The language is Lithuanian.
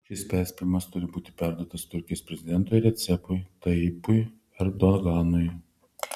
šis perspėjimas turi būti perduotas turkijos prezidentui recepui tayyipui erdoganui